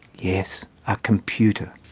yes a computer.